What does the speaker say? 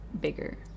bigger